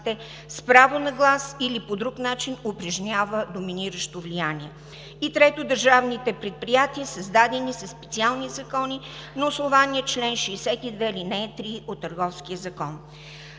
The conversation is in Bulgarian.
с право глас или по друг начин упражнява доминиращо влияние.“ И трето: „Държавните предприятия, създадени със специални закони, на основание чл. 62, ал. 3 от Търговския закон.“